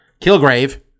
Kilgrave